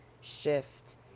shift